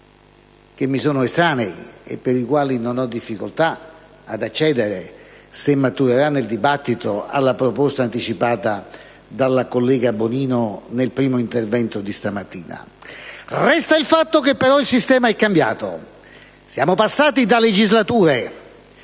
che mi sono estranei. Ne ho difficoltà ad accedere, se maturerà nel dibattito, alla proposta anticipata dalla collega Bonino nel primo intervento di stamattina. Resta il fatto che, però, il sistema da vent'anni è cambiato. Siamo passati da legislature